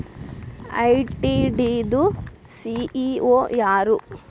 ITD ದು CEO ಯಾರು?